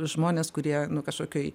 žmones kurie nu kažkokioj